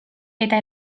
eta